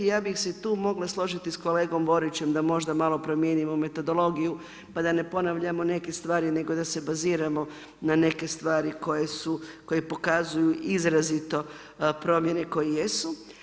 Ja bih se tu mogla složiti sa kolegom Borićem da možda malo promijenimo metodologiju, pa da ne ponavljamo neke stvari, nego da se baziramo na neke stvari koje su, koje pokazuju izrazito promjene koje jesu.